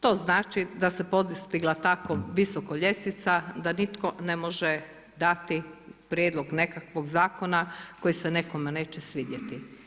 To znači da se postigla tako visoko ljestvica da nitko ne može dati prijedlog nekakvog zakona koji se nekome neće svidjeti.